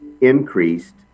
increased